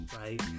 right